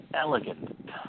elegant